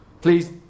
please